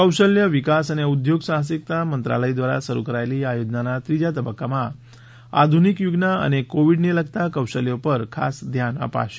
કૌશલ્ય વિકાસ અને ઉદ્યોગ સાહસિકતા મંત્રાલય દ્વારા શરૃ કરાયેલી આ યોજનાના ત્રીજા તબક્કામાં આધુનિક યુગનાં અને કોવિડને લગતાં કૌશલ્યો પર ખાસ ધ્યાન અપાશે